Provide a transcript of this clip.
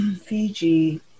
Fiji